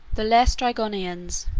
the laestrygonians